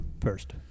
first